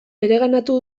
bereganatu